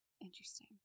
Interesting